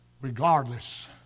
regardless